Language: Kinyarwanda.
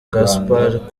gaspard